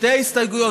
שתי ההסתייגויות,